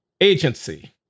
Agency